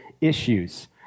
issues